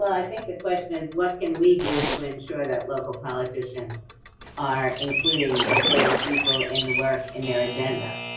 i think the question is what can we do to ensure that local politicians are including disabled people in the work, in their agenda.